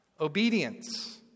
Obedience